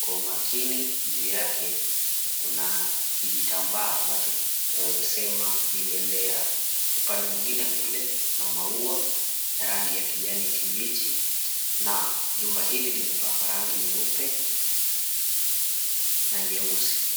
Kwa umakini juu yake kuna kijitambaa ambacho twaweza sema ni bendera. Upande mwingine ule kuna maua ya rangi ya kijani kibichi na jumba hili limepakwa rangi nyeupe na nyeusi.